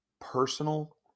personal